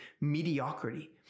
mediocrity